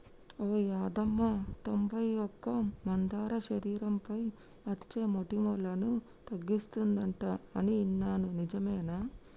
ఓ యాదమ్మ తొంబై ఒక్క మందార శరీరంపై అచ్చే మోటుములను తగ్గిస్తుందంట అని ఇన్నాను నిజమేనా